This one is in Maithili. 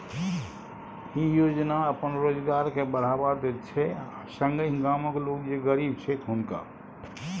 ई योजना अपन रोजगार के बढ़ावा दैत छै आ संगहि गामक लोक जे गरीब छैथ हुनका